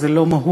זו לא מהות,